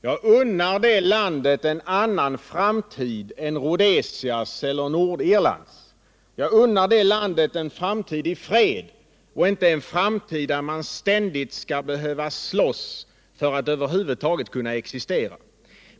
Jag unnar det landet en annan framtid än Rhodesias eller Nordirlands, jag unnar det landet en framtid i fred och inte en framtid där man ständigt skall behöva slåss för att över huvud taget kunna existera.